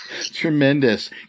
Tremendous